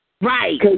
Right